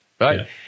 right